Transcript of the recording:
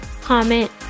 comment